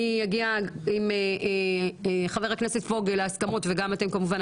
אני אגיע עם חבר הכנסת פוגל להסכמות וגם אתם כמובן,